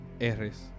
r's